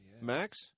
Max